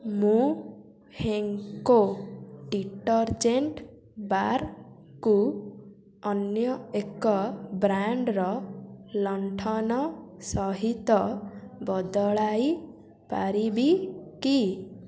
ମୁଁ ହେଙ୍କୋ ଡ଼ିଟରଜେଣ୍ଟ୍ ବାର୍କୁ ଅନ୍ୟ ଏକ ବ୍ରାଣ୍ଡ୍ର ଲଣ୍ଠନ ସହିତ ବଦଳାଇ ପାରିବି କି